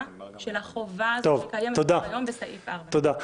של החובה הקיימת כיום סעיף 4. תודה.